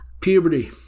Puberty